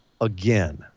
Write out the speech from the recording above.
again